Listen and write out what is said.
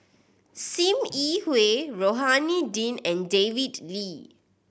Sim Yi Hui Rohani Din and David Lee